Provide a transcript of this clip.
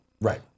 Right